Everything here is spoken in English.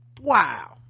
wow